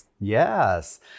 Yes